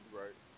right